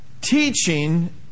teaching